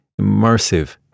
immersive